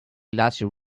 largely